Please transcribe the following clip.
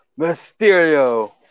Mysterio